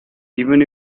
even